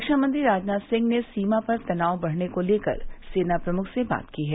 रक्षामंत्री राजनाथ सिंह ने सीमा पर तनाव बढ़ने को लेकर सेना प्रमुख से बात की है